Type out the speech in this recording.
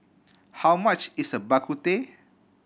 how much is Bak Kut Teh